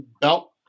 belt